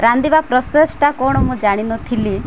ରାନ୍ଧିବା ପ୍ରସେସ୍ଟା କ'ଣ ମୁଁ ଜାଣିନଥିଲି